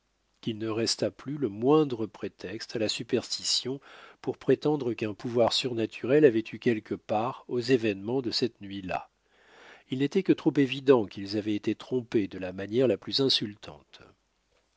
qu'il ne resta plus le moindre prétexte à la superstition pour prétendre qu'un pouvoir surnaturel avait eu quelque part aux événements de cette nuit-là il n'était que trop évident qu'ils avaient été trompés de la manière la plus insultante